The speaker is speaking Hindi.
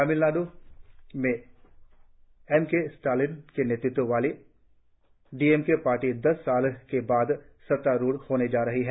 तमिलनाडु में एम के स्टालिन के नेतृत्व वाली डीएमके पार्टी दस साल के बाद सत्तारूढ होने जा रही है